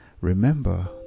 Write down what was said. Remember